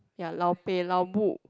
ya lao-peh lao-bu